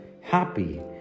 happy